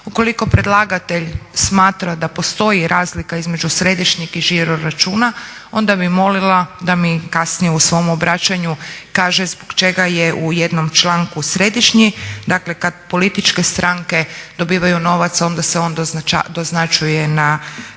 Ukoliko predlagatelj smatra da postoji razlika između središnjeg i žiroračuna onda bih molila da mi kasnije u svom obraćanju kaže zbog čega je u jednom članku središnji, dakle kada političke stranke dobivaju novac onda se on doznačuje na središnji